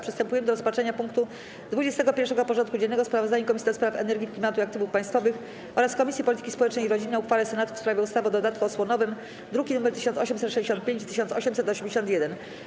Przystępujemy do rozpatrzenia punktu 21. porządku dziennego: Sprawozdanie Komisji do Spraw Energii, Klimatu i Aktywów Państwowych oraz Komisji Polityki Społecznej i Rodziny o uchwale Senatu w sprawie ustawy o dodatku osłonowym (druki nr 1865 i 1881)